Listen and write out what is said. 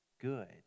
good